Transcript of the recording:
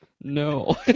no